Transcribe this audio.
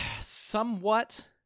somewhat